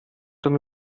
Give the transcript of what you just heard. dem